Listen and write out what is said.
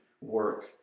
work